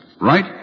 right